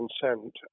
consent